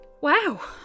Wow